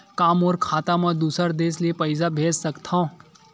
का मोर खाता म दूसरा देश ले पईसा भेज सकथव?